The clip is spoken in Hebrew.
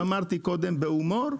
ואמרתי קודם בהומור,